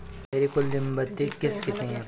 मेरी कुल लंबित किश्तों कितनी हैं?